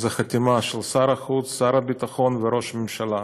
זו חתימה של שר החוץ, שר הביטחון וראש ממשלה.